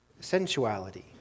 sensuality